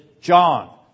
John